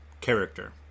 character